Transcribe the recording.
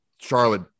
Charlotte